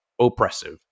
oppressive